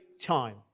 time